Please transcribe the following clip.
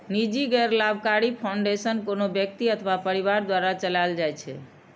निजी गैर लाभकारी फाउंडेशन कोनो व्यक्ति अथवा परिवार द्वारा चलाएल जाइ छै